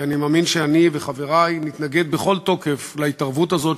כי אני מאמין שאני וחברי נתנגד בכל תוקף להתערבות הזאת,